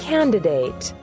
Candidate